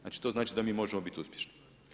Znači to znači da mi možemo bit uspješni.